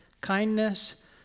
kindness